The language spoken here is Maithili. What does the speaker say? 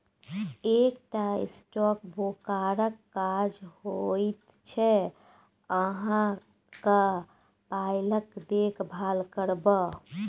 एकटा स्टॉक ब्रोकरक काज होइत छै अहाँक पायक देखभाल करब